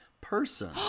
person